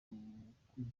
mukozi